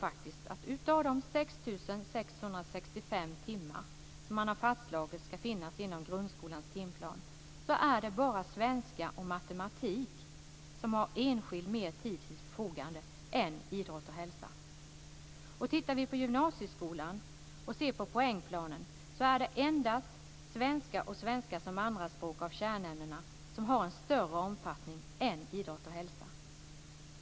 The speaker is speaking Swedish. Av de 6 665 timmar som man har fastslagit ska finnas inom grundskolans timplan är det faktiskt bara svenska och matematik som enskilt har mer tid till sitt förfogande än idrott och hälsa. Tittar vi på poängplanen i gymnasieskolan ser vi att endast svenska och svenska som andraspråk av kärnämnena har en större omfattning än idrott och hälsa.